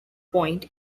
point